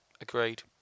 Agreed